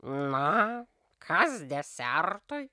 na kas desertui